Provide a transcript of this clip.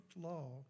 law